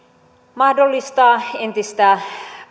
mahdollistaa entistä